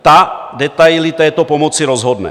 Ta detaily této pomoci rozhodne.